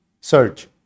search